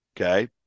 Okay